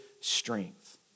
strength